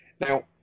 Now